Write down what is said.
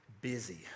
busy